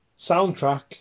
Soundtrack